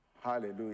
Hallelujah